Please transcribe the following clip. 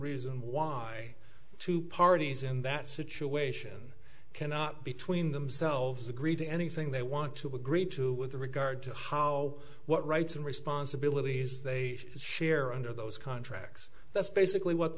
reason why two parties in that situation cannot between themselves agree to anything they want to agree to with regard to how what rights and responsibilities they share under those contracts that's basically what